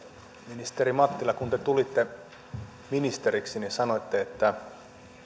ministeri mattila kun te tulitte ministeriksi niin sanoitte että